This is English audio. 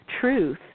truth